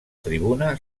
tribuna